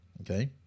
okay